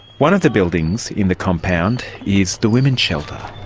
one of the buildings in the compound is the women's shelter.